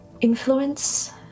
influence